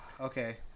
okay